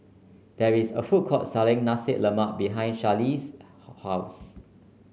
there is a food court selling Nasi Lemak behind Charlize's house